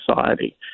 society